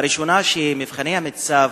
הראשונה, שמבחני המיצ"ב